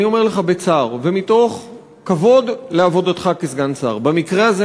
אני אומר לך בצער ומתוך כבוד לעבודתך כסגן שר: במקרה הזה,